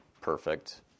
perfect